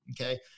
Okay